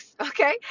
okay